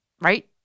Right